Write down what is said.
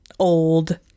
old